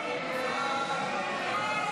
אני עוצר את ההצבעה.